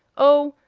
oh,